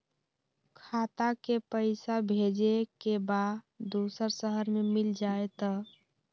खाता के पईसा भेजेए के बा दुसर शहर में मिल जाए त?